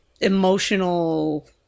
emotional